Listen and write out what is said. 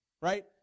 Right